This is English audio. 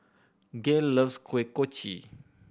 Gale loves Kuih Kochi